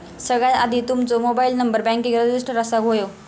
सगळ्यात आधी तुमचो मोबाईल नंबर बॅन्केत रजिस्टर असाक व्हयो